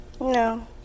No